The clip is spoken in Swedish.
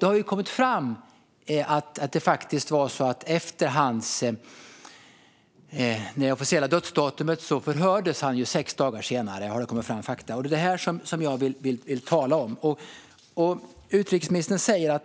Det har kommit fram att Raoul Wallenberg förhördes sex dagar efter det officiella dödsdatumet. Det är detta jag vill tala om. Utrikesministern säger